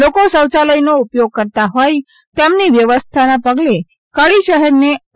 લોકો શોયાલયનો ઉપયોગ કરતા હોય તેમની વ્યવસ્થા પગલે કડી શહેરને ઓ